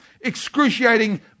excruciating